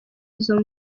izo